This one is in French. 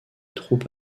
troupes